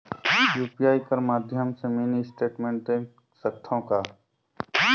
UPI कर माध्यम से मिनी स्टेटमेंट देख सकथव कौन?